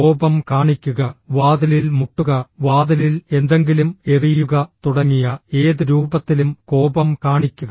കോപം കാണിക്കുക വാതിലിൽ മുട്ടുക വാതിലിൽ എന്തെങ്കിലും എറിയുക തുടങ്ങിയ ഏത് രൂപത്തിലും കോപം കാണിക്കുക